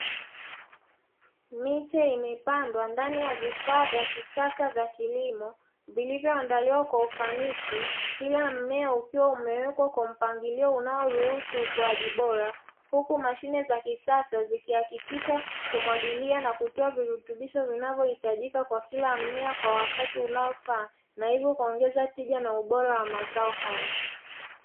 Miche imepandwa ndani ya vifaa vya kisasa vya kilimo vilivyo andaliwa kwa ufanisi. Kila mmea ukiwa umewekwa kwa mpangilio unaoruhusu ukuaji bora. Huku mashine za kisasa zikihakikisha kumwagilia na kutoa virutubisho vinavyo hitajika kwa kila mmea kwa wakati unaofaa na hivyo kuongeza tija na ubora wa mazao hayo.